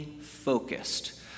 focused